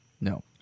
No